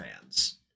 fans